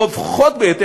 רווחות ביותר,